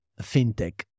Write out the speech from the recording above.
fintech